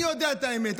אני יודע את האמת.